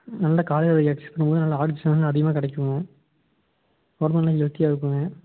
நல்ல காலை வெய்யிலில் எக்ஸ்ஸசைஸ் பண்ணுங்கள் நல்ல ஆக்ஸிஜன் இன்னும் அதிகமாக கிடைக்கும் உடம்பு நல்லா ஹெல்த்தியாக இருக்குங்க